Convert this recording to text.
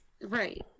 right